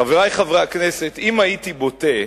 חברי חברי הכנסת, אם הייתי בוטה,